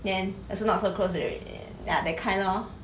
then also not so close already ya that kind lor